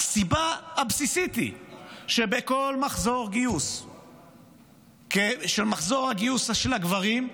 הסיבה הבסיסית היא שבכל מחזור גיוס של גברים,